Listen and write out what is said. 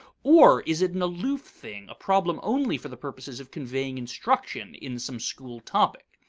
or is it an aloof thing, a problem only for the purposes of conveying instruction in some school topic?